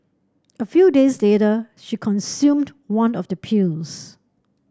a few days later she consumed one of the pills